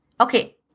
Okay